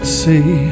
see